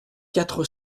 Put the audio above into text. quatre